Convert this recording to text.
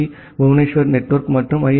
D Bhubaneswar network மற்றும் ஐ